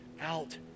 out